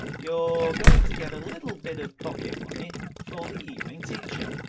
you're going to get a little bit of pocket money for the evening teaching.